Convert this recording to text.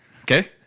Okay